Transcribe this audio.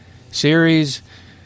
series